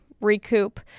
recoup